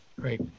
great